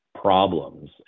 problems